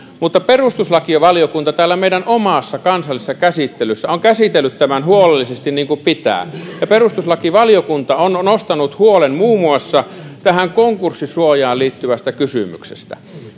perustuslakivaliokunta täällä meidän omassa kansallisessa käsittelyssä on käsitellyt tämän huolellisesti niin kuin pitää ja perustuslakivaliokunta on nostanut huolen muun muassa tähän konkurssisuojaan liittyvästä kysymyksestä